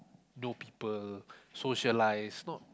know people socialize not